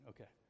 Okay